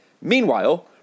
Meanwhile